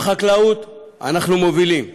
בחקלאות אנחנו מובילים,